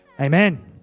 Amen